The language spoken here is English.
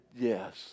yes